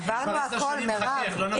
עברנו הכול, מירב.